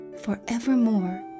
forevermore